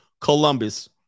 Columbus